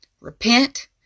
Repent